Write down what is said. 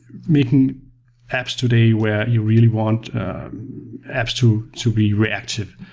making apps today where you really want apps to to be reactive,